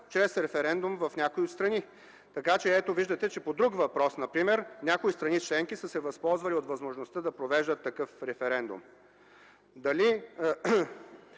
чрез референдум в някои страни. Виждате, че например по друг въпрос някои страни членки са се възползвали от възможността да провеждат такъв референдум. Дали